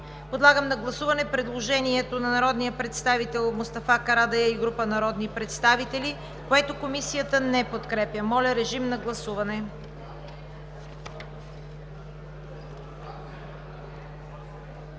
Подлагам на гласуване предложението на народния представител Николай Иванов и група народни представители, което Комисията не подкрепя. Моля, режим на гласуване.